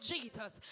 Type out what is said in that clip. Jesus